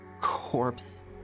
corpse